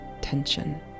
tension